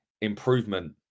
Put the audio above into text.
improvement